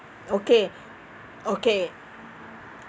okay okay